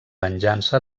venjança